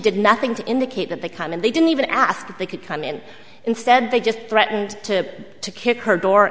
did nothing to indicate that they come in they didn't even ask that they could come in instead they just threatened to kick her door